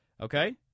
okay